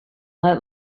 let